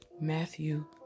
Matthew